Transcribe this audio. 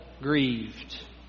grieved